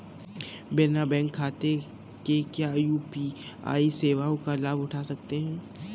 बिना बैंक खाते के क्या यू.पी.आई सेवाओं का लाभ उठा सकते हैं?